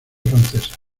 francesa